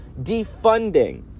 defunding